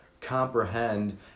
comprehend